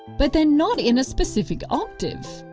but they're not in a specific octave.